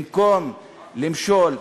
במקום למשול,